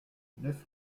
neuf